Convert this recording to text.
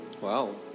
Wow